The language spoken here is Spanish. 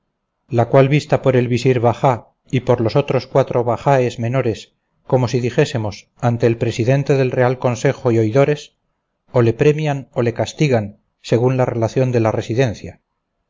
la cual vista por el visirbajá y por los otros cuatro bajáes menores como si dijésemos ante el presidente del real consejo y oidores o le premian o le castigan según la relación de la residencia